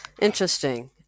Interesting